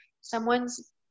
someone's